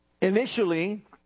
initially